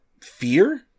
fear